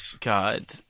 God